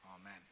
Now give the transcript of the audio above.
Amen